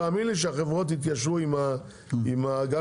תאמין לי שהחברות יתיישרו עם המחירים.